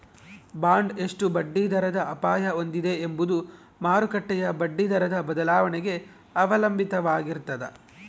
bond ಎಷ್ಟು ಬಡ್ಡಿದರದ ಅಪಾಯ ಹೊಂದಿದೆ ಎಂಬುದು ಮಾರುಕಟ್ಟೆಯ ಬಡ್ಡಿದರದ ಬದಲಾವಣೆಗೆ ಅವಲಂಬಿತವಾಗಿರ್ತದ